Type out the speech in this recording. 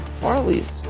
Farley's